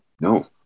No